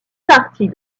partie